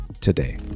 today